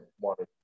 wanted